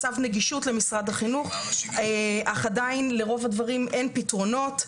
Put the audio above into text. צו נגישות למשרד החינוך אך עדיין לרוב הדברים אין פתרונות.